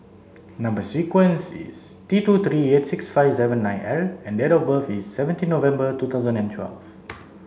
number sequence is T two three eight six five seven nine L and date of birth is seventeen November two thousand and twelfth